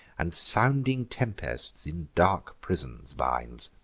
and sounding tempests in dark prisons binds.